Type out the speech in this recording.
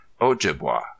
Ojibwa